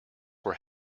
were